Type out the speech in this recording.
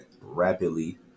rapidly